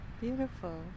beautiful